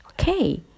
Okay